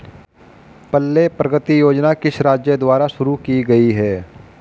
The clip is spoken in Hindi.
पल्ले प्रगति योजना किस राज्य द्वारा शुरू की गई है?